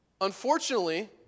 unfortunately